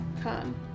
con